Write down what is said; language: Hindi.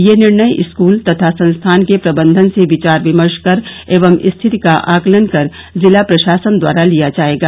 यह निर्णय स्कूल व संस्थान के प्रबन्धन से विचार विमर्श कर एवं स्थिति का आंकलन कर जिला प्रशासन द्वारा लिया जाएगा